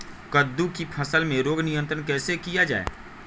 कददु की फसल में रोग नियंत्रण कैसे किया जाए?